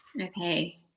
Okay